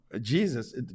Jesus